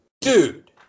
Dude